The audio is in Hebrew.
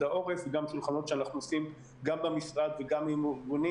העורף וגם שולחנות שאנחנו עושים גם במשרד וגם עם ארגונים